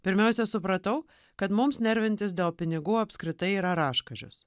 pirmiausia supratau kad mums nervintis dėl pinigų apskritai yra raškančios